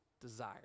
desire